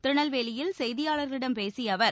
திருநெல்வேலியில் செய்தியாளர்களிடம் பேசிய அவர்